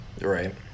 Right